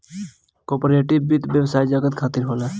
corporate वित्त व्यवसाय जगत खातिर होला